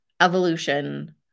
evolution